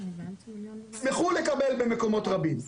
ישמחו לקבל במקומות רבים.